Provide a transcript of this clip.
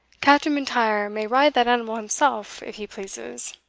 captain m'intyre may ride that animal himself, if he pleases.